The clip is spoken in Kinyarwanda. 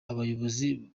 abayobozi